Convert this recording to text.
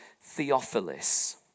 Theophilus